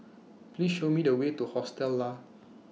Please Show Me The Way to Hostel Lah